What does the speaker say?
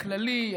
הכללי,